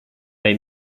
they